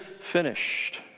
finished